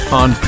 on